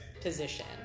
position